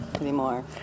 anymore